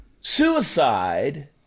suicide